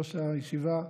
יושב-ראש הישיבה,